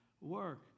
work